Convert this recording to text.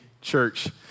Church